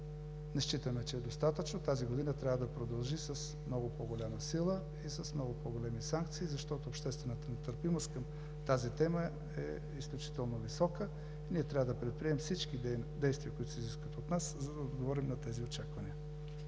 Не считаме, че това е достатъчно и през тази година то трябва да продължи с много по-голяма сила и с много по-големи санкции, защото обществената нетърпимост към тази тема е изключително висока. Ние трябва да предприемем всички действия, които се изискват от нас, за да отговорим на тези очаквания.